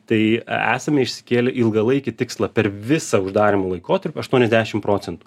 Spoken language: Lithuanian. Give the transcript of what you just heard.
tai esame išsikėlę ilgalaikį tikslą per visą uždarymo laikotarpį aštuoniasdešim procentų